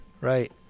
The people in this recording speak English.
Right